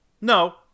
No